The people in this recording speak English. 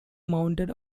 mounted